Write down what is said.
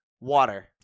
Water